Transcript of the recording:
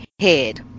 head